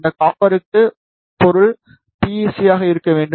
இந்த காப்பர்க்கு பொருள் பி ஈ சி ஆக இருக்க வேண்டும்